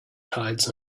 tides